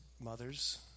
mother's